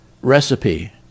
recipe